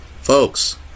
Folks